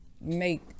make